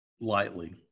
lightly